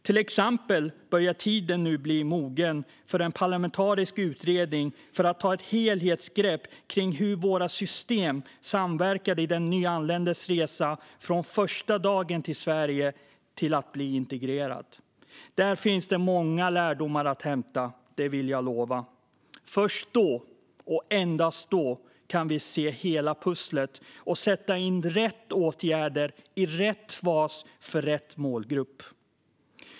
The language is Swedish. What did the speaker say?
Till exempel börjar tiden nu bli mogen för en parlamentarisk utredning för att ta ett helhetsgrepp kring hur våra system samverkar i den nyanländes resa från första dagen i Sverige till att vara integrerad. Där finns det många lärdomar att hämta, vill jag lova. Först då och endast då kan vi se hela pusslet och sätta in rätt åtgärder, i rätt fas och för rätt målgrupp.